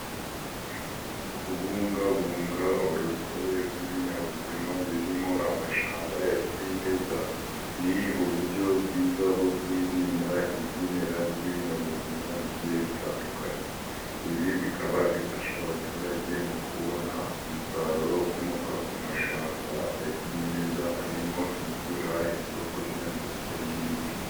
Kubungabunga urusobe rw'ibinyabuzima birimo urusobe rw'amashamba ya kimeza, ni uburyo bwiza bwo kwirinda izimira ry'ibinyabuzima bigiye bitandukanye, ibi bikaba bifasha abaturage mu kubona umusaruro ukomoka ku mashyamba ya kimeza, harimo imvura ibyo kurya ndetse n'imiti.